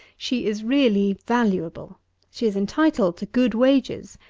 she is really valuable she is entitled to good wages,